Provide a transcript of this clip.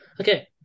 Okay